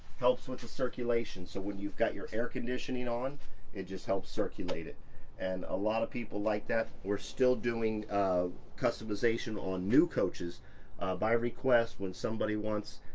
helps with the circulation so when you've got your air conditioning on it just helps circulate it and a lot of people like that. we're still doing customization on new coaches by request. when somebody wants.